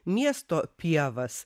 miesto pievas